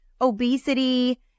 Obesity